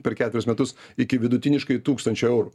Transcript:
per ketverius metus iki vidutiniškai tūkstančio eurų